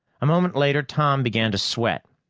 a moment later, tom began to sweat.